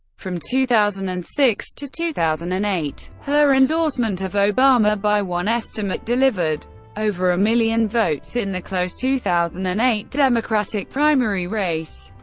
from two thousand and six to two thousand and eight, her endorsement of obama, by one estimate, delivered over a million votes in the close two thousand and eight democratic primary race.